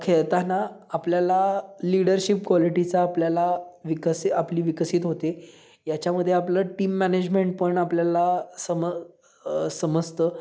खेळताना आपल्याला लिडरशिप क्वालिटीचा आपल्याला विकसी आपली विकसित होते याच्यामध्ये आपलं टीम मॅनेजमेंट पण आपल्याला सम समजतं